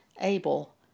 able